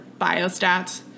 biostats